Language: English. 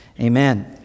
Amen